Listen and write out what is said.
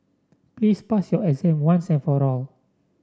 please pass your exam once and for all